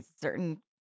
certain